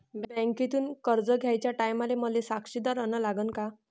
बँकेतून कर्ज घ्याचे टायमाले मले साक्षीदार अन लागन का?